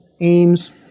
aims